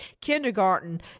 kindergarten